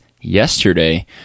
yesterday